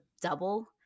double